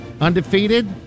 undefeated